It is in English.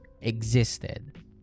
existed